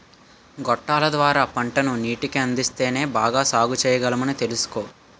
గొట్టాల ద్వార పంటకు నీటిని అందిస్తేనే బాగా సాగుచెయ్యగలమని తెలుసుకో